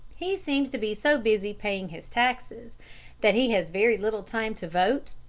he seems to be so busy paying his taxes that he has very little time to vote,